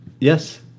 Yes